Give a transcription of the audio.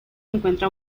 encuentra